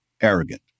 arrogant